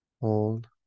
Hold